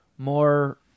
More